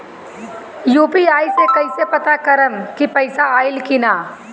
UPI से कईसे पता करेम की पैसा आइल की ना?